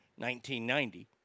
1990